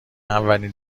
اولین